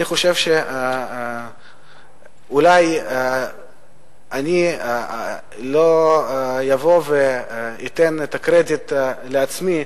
אני חושב שאולי אני לא אבוא ואתן את הקרדיט לעצמי,